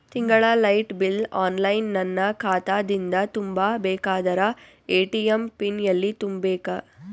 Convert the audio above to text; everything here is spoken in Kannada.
ತಿಂಗಳ ಲೈಟ ಬಿಲ್ ಆನ್ಲೈನ್ ನನ್ನ ಖಾತಾ ದಿಂದ ತುಂಬಾ ಬೇಕಾದರ ಎ.ಟಿ.ಎಂ ಪಿನ್ ಎಲ್ಲಿ ತುಂಬೇಕ?